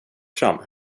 fram